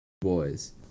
boys